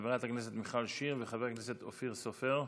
חברת הכנסת מיכל שיר וחבר הכנסת אופיר סופר.